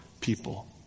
people